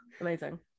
amazing